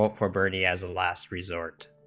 ah for birdie as a last resort